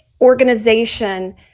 organization